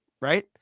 Right